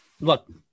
Look